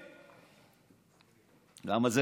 למה?